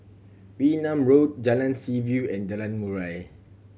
Wee Nam Road Jalan Seaview and Jalan Murai